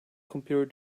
computer